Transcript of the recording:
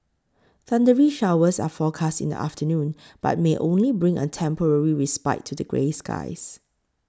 thundery showers are forecast in the afternoon but may only bring a temporary respite to the grey skies